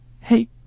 hey